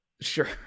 Sure